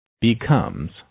becomes